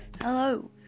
Hello